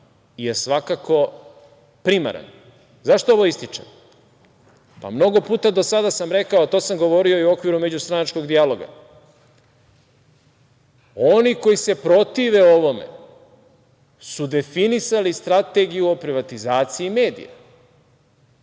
je svakako primaran.Zašto ovo ističem? Mnogo puta do sada sam rekao, to sam govorio i u okviru međustranačkog dijaloga, oni koji se protive ovome su definisali strategiju o privatizaciji medija.